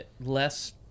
less